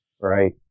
Right